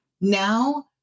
now